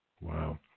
Wow